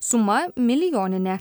suma milijoninė